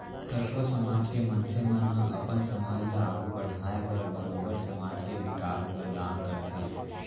कतको समाज के मनसे मन ह अपन समाज ल आघू बड़हाय बर बरोबर समाज के बिकास बर दान करथे